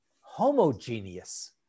homogeneous